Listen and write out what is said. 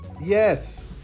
Yes